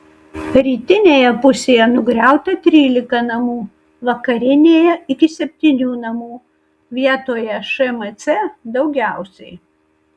rytinėje pusėje nugriauta trylika namų vakarinėje iki septynių namų vietoje šmc daugiausiai